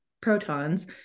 protons